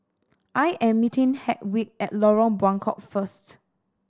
I am meeting Hedwig at Lorong Buangkok first